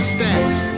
Stacks